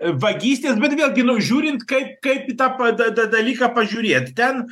vagystės bet vėlgi nu žiūrint kaip kaip tą padeda dalyką pažiūrėti ten